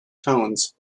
tones